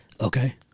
Okay